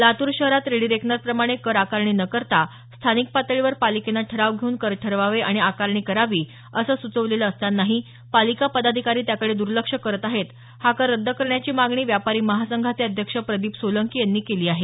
लातूर शहरात रेडी रेकनरप्रमाणे कर आकारणी न करता स्थानिक पातळीवर पालिकेनं ठराव घेऊन कर ठरवावे आणि आकारणी करावी असं सुचवलेलं असतानाही पालिका पदाधिकारी त्याकडे दर्लक्ष करत आहेत हा कर रद्द करण्याची मागणी व्यापारी महासंघाचे अध्यक्ष प्रदीप सोलंकी यांनी केली आहे